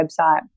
website